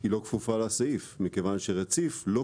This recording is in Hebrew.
היא לא כפופה לסעיף מכיוון ש-"רציף" כהגדרתו